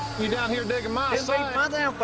you down here digging my so